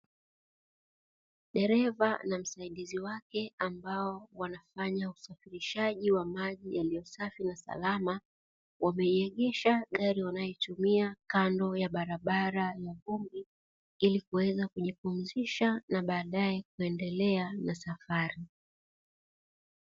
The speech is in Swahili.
Dereva na msaidizi wake, ambao wanafanya usafirishaji wa maji yaliyo safi na salama, wameiegesha gari wanayoitumia kando ya barabara ya vumbi ili kuweza kujipumzisha, na baadae kuendelea na safari.